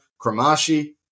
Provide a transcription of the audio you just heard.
Kramashi